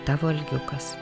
tavo algiukas